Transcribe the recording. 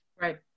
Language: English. Right